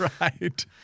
right